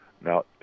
Now